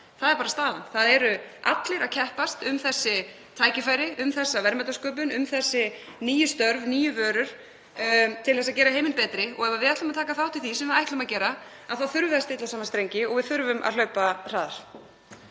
Þannig er bara staðan. Það eru allir að keppast um þessi tækifæri, um þessa verðmætasköpun, um þessi nýju störf, nýju vörur, (Forseti hringir.) til að gera heiminn betri. Ef við ætlum að taka þátt í því, sem við ætlum að gera, þá þurfum við að stilla saman strengi og við þurfum að hlaupa hraðar.